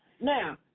Now